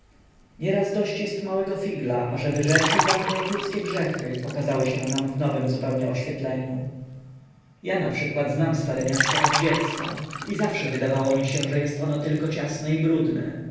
nieraz dość jest małego figla aby rzeczy dawne jak ludzkie grzechy pokazały się nam w nowem zupełnie oświetleniu ja naprzykład znam stare miasto od dziecka i zawsze wydawało mi się że jest ono tylko ciasne i brudne